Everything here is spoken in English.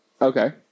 Okay